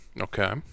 Okay